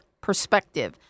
perspective